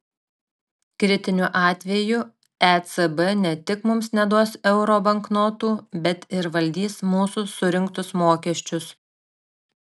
kritiniu atveju ecb ne tik mums neduos euro banknotų bet ir valdys mūsų surinktus mokesčius